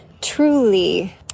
truly